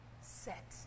set